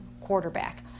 quarterback